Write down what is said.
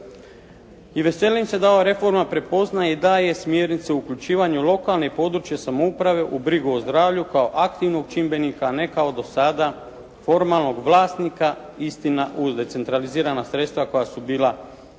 I veselim se da ova reforma prepoznaje i daje smjernice u uključivanju lokalne i područne samouprave u brigu o zdravlju kao aktivnog čimbenika, a ne kao do sada formalnog vlasnika istina uz decentralizirana sredstva koja su bila bitna